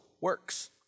works